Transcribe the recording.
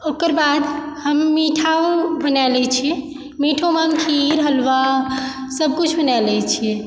ओकर बाद हम मिठाओ बना लए छियै मीठोमे खीर हलवा सब कुछ बना लैत छियै